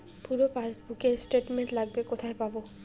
পুরো পাসবুকের স্টেটমেন্ট লাগবে কোথায় পাব?